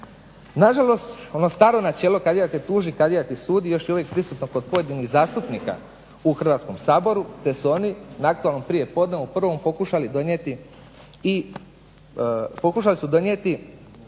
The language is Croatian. Nažalost ono staro načelo kadija te tuži kadija ti sudi, još uvijek je prisutno kod pojedinih zastupnika u Hrvatskom saboru te su oni na aktualnom prijepodnevu u prvom pokušali donijeti i presudu u ovoj